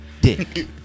dick